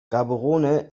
gaborone